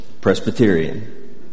Presbyterian